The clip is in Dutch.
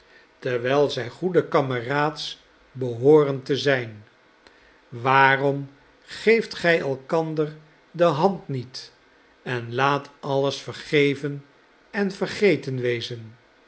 terwijl zij goede kameraads behoorden te zijn waarom geeft gij elkander de hand niet en laat alles vergeven en vergeten wezen